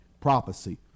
prophecy